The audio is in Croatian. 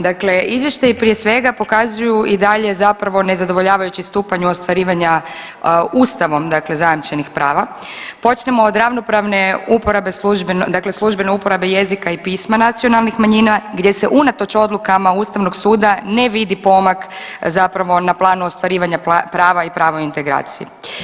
Dakle, izvještaji prije svega pokazuju i dalje zapravo nezadovoljavajući stupanj ostvarivanja Ustavom zajamčenih prava, počnimo od ravnopravne uporabe dakle, službene uporabe jezika i pisma nacionalnih manjina gdje se unatoč odlukama ustavnog suda ne vidi pomak na planu ostvarivanja prava i pravo u integraciji.